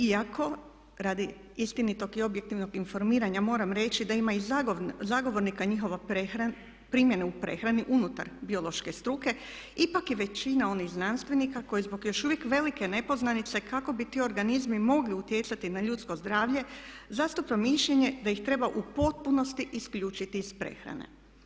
Iako radi istinitoga i objektivnog informiranja moram reći da ima i zagovornika njihove primjene u prehrani unutar biološke struke ipak je većina onih znanstvenika koji zbog još uvijek velike nepoznanice kako bi ti organizmi mogli utjecati na ljudsko zdravlje zastupam mišljenje da ih treba u potpunosti isključiti iz prehrane.